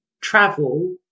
travel